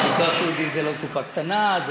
ביטוח סיעודי זה לא קופה קטנה.